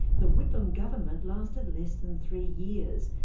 the whitlam government lasted less than three years,